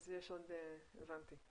הבנתי.